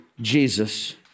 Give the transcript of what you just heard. Jesus